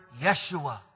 Yeshua